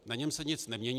Na něm se nic nemění.